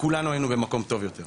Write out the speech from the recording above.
הם כולם נגנבות מחקלאים.